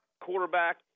quarterback